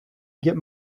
get